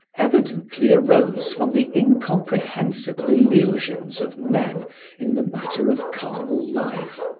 evidently arose from the incomprehensible illusions of men in the matter of carnal life.